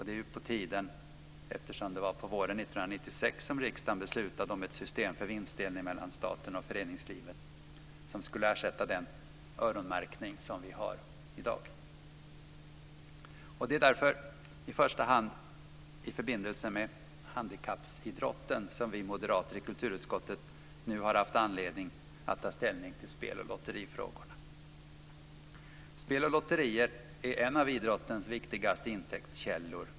Det är på tiden eftersom det var våren 1996 som riksdagen beslutade om att ett system för vinstdelning mellan staten och föreningslivet skulle ersätta den öronmärkning som vi har i dag. Det är därför i första hand i förbindelse med handikappidrotten som vi moderater i kulturutskottet nu har haft anledning att ta ställning till spel och lotterifrågorna. Spel och lotterier är en av idrottens viktigaste intäktskällor.